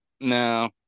No